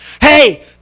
hey